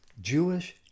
Jewish